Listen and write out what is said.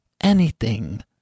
Anything